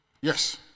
Yes